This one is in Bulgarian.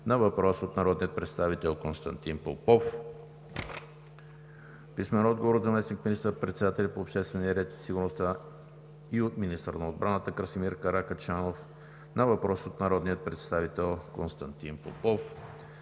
на въпрос от народния представител Иван Валентинов Иванов; - заместник министър-председателя по обществения ред и сигурността и министър на отбраната Красимир Каракачанов на въпрос от народния представител Константин Попов;